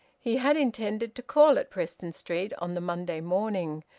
he had intended to call at preston street on the monday morning.